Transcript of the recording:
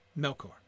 Melkor